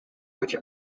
which